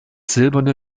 silberne